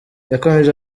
yakomeje